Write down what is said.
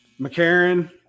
McCarran